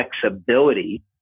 flexibility